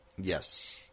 Yes